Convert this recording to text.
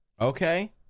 okay